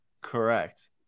Correct